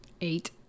eight